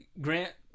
Grant